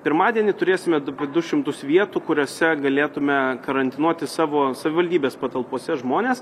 pirmadienį turėsime du šimtus vietų kuriose galėtume karantinuoti savo savivaldybės patalpose žmones